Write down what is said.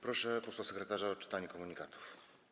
Proszę posła sekretarza o odczytanie komunikatów.